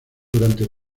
durante